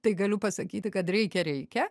tai galiu pasakyti kad reikia reikia